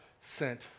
sent